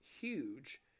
huge